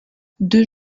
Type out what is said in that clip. deux